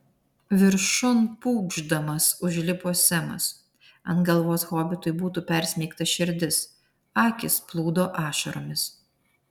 viršun pūkšdamas užlipo semas ant galvos hobitui būtų persmeigta širdis akys plūdo ašaromis